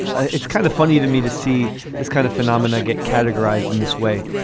it's kind of funny to me to see this kind of phenomena get categorized in this way.